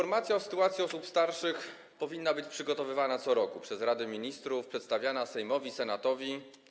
Informacja o sytuacji osób starszych powinna być przygotowywana co roku przez Radę Ministrów, przedstawiana Sejmowi, Senatowi.